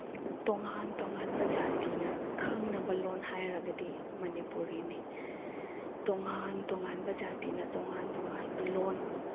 ꯇꯣꯉꯥꯟ ꯇꯣꯉꯥꯟꯕ ꯖꯥꯇꯤꯅ ꯈꯪꯅꯕ ꯂꯣꯜ ꯍꯥꯏꯔꯒꯗꯤ ꯃꯅꯤꯄꯨꯔꯤꯅꯤ ꯇꯣꯉꯥꯟ ꯇꯣꯉꯥꯟꯕ ꯖꯥꯇꯤꯅ ꯇꯣꯉꯥꯟ ꯇꯣꯉꯥꯟꯕ ꯂꯣꯜ